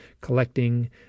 collecting